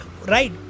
right